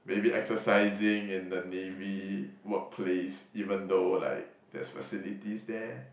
maybe exercising in the navy workplace even though like there's facilities there